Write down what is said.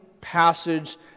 passage